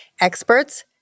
Experts